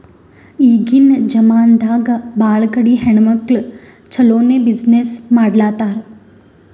ಈಗಿನ್ ಜಮಾನಾದಾಗ್ ಭಾಳ ಕಡಿ ಹೆಣ್ಮಕ್ಕುಳ್ ಛಲೋನೆ ಬಿಸಿನ್ನೆಸ್ ಮಾಡ್ಲಾತಾರ್